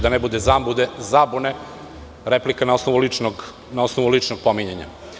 Da ne bude zabune, replika je na osnovu ličnog pominjanja.